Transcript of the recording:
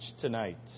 tonight